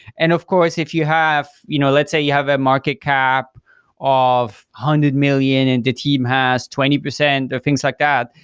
and of course, if you have you know let's say you have a market cap of one hundred million and the team has twenty percent or things like that,